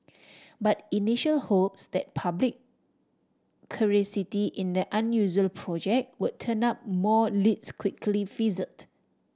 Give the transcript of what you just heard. but initial hopes that public curiosity in the unusual project would turn up more leads quickly fizzled